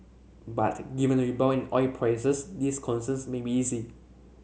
but given the rebound in oil prices these concerns may be easing